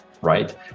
Right